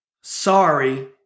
sorry